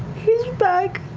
he's back.